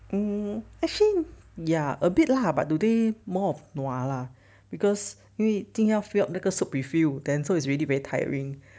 mm actually ya a bit lah but today more of nua lah because 因为今天要 fill up 那个 soap refill then so it's really very tiring